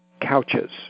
couches